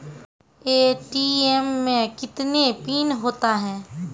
ATM मे कितने PIN होता हैं?